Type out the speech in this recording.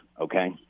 okay